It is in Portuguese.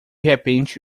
repente